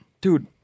dude